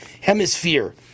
Hemisphere